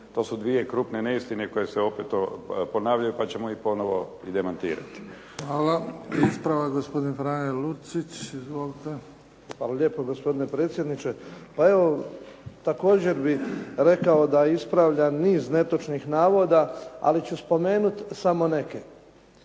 To su dvije krupne neistine koje se opet ponavljaju pa ćemo ih ponovo i demantirati. **Bebić, Luka (HDZ)** Hvala. Ispravak gospodin Frane Lucić. Izvolite. **Lucić, Franjo (HDZ)** Hvala lijepo gospodine predsjedniče. Pa evo, također bih rekao da ispravljam niz netočnih navoda, ali ću spomenuti samo neke.